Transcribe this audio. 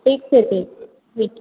ठीक आहे ठीक आहे ठीक